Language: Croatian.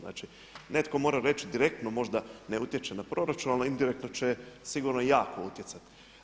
Znači netko mora reći direktno možda ne utječe na proračun ali indirektno će sigurno jako utjecati.